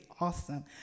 awesome